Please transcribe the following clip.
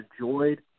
enjoyed